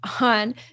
on